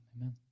amen